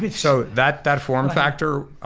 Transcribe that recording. but so that that form factor,